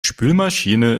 spülmaschine